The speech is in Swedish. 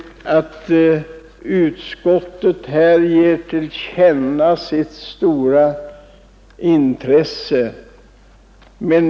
Utskottet ger till känna sitt stora intresse.